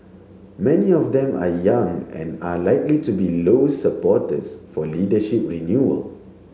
many of them are young and are likely to be Low's supporters for leadership renewal